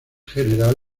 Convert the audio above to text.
general